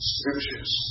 Scriptures